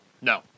No